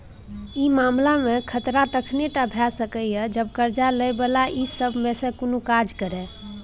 ई मामला में खतरा तखने टा भेय सकेए जब कर्जा लै बला ई सब में से कुनु काज करे